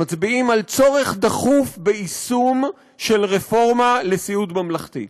מצביעים על צורך דחוף ביישום של רפורמה לסיעוד ממלכתי.